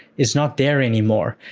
is not there anymore.